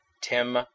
Tim